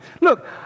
Look